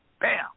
Bam